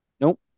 Nope